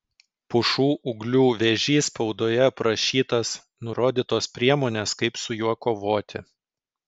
pušų ūglių vėžys spaudoje aprašytas nurodytos priemonės kaip su juo kovoti